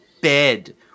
bed